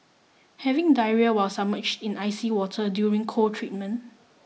having diarrhoea while submerged in icy water during cold treatment